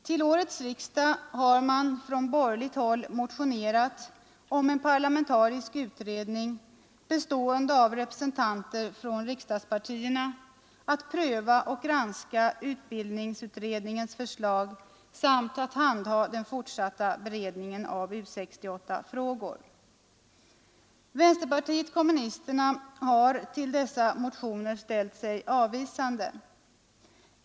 Till årets riksdag har man från borgerligt håll motionerat om en parlamentarisk utredning bestående av representanter för riksdagspartierna, som skall pröva och granska utbildningsutredningens förslag samt handha den fortsatta beredningen av U 68-frågor. Vänsterpartiet kommunisterna har ställt sig avvisande till dessa motioner.